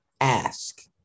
ask